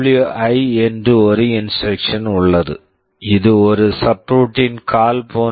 ஐ SWI என்று ஒரு instruction instruction உள்ளது இது ஒரு சப்ரூட்டீன் கால் subroutine call போன்றது